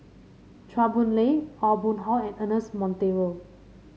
Chua Boon Lay Aw Boon Haw and Ernest Monteiro